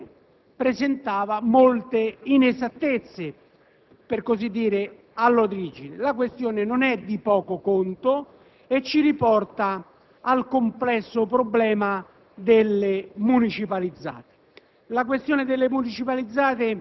la questione presentava molto inesattezze all'origine. La questione non è di poco conto e ci riporta al complesso problema delle municipalizzate.